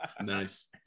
Nice